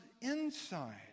inside